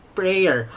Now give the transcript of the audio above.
prayer